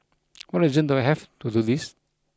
what reason do I have to do this